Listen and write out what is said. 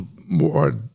more